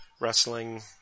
wrestling